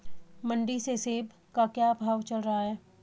मंडी में सेब का क्या भाव चल रहा है?